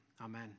Amen